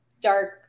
dark –